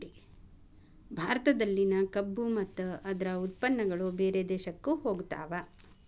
ಭಾರತದಲ್ಲಿನ ಕಬ್ಬು ಮತ್ತ ಅದ್ರ ಉತ್ಪನ್ನಗಳು ಬೇರೆ ದೇಶಕ್ಕು ಹೊಗತಾವ